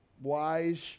wise